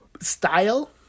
Style